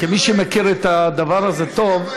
כמי שמכיר את הדבר הזה טוב,